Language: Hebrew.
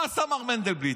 מה עשה מר מנדלבליט?